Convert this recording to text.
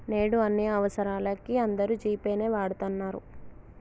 నేడు అన్ని అవసరాలకీ అందరూ జీ పే నే వాడతన్నరు